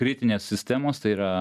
kritinės sistemos tai yra